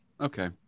Okay